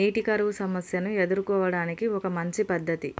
నీటి కరువు సమస్యను ఎదుర్కోవడానికి ఒక మంచి పద్ధతి?